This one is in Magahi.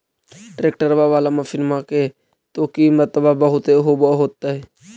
ट्रैक्टरबा बाला मसिन्मा के तो किमत्बा बहुते होब होतै?